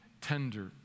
tender